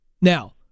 Now